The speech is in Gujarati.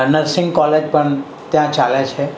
નર્સીંગ કોલેજ પણ ત્યાં ચાલે છે